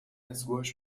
اسکواش